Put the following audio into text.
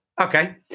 Okay